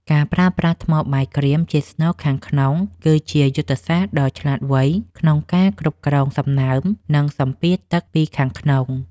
ការប្រើប្រាស់ថ្មបាយក្រៀមជាស្នូលខាងក្នុងគឺជាយុទ្ធសាស្រ្តដ៏ឆ្លាតវៃក្នុងការគ្រប់គ្រងសំណើម និង សម្ពាធទឹកពីខាងក្នុង។